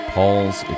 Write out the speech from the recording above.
Paul's